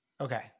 Okay